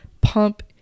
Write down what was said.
pump